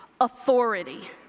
Authority